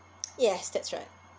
yes that's right